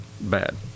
bad